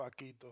Paquito